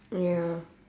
ya